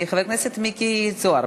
חבר הכנסת מיקי זוהר,